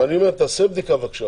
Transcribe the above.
אבל אני אומר, תעשה בדיקה בבקשה